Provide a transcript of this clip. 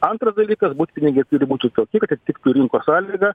antras dalykas butpinigiai turi būt sutvarkyta kad atitiktų rinkos sąlygą